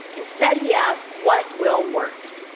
instead, he asks, what will work?